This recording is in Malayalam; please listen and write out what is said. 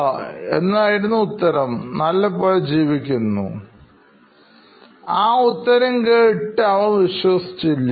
യാതൊരു പ്രശ്നവുമില്ല ആ ഉത്തരം കേട്ട് അവർ ശരിക്കും ആ ഉത്തരത്തിൽ വിശ്വാസം ഉണ്ടായിരുന്നില്ല